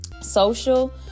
social